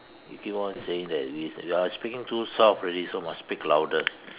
if you want to say that with you're speaking too soft already so must speak louder